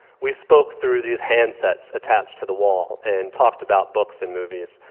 we spoke through these handsets attached to the wall and talked about books and movies.